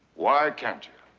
why can't